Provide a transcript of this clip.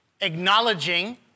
acknowledging